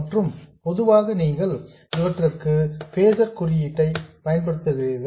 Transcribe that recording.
மற்றும் பொதுவாக நீங்கள் இவற்றுக்கு பேசர் குறியீட்டை பயன்படுத்துகிறீர்கள்